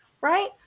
right